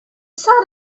saw